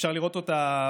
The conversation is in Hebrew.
אפשר לראות אותה,